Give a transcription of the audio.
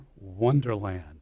Wonderland